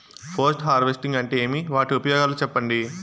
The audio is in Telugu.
పోస్ట్ హార్వెస్టింగ్ అంటే ఏమి? వాటి ఉపయోగాలు చెప్పండి?